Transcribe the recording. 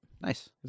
Nice